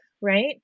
right